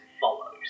follows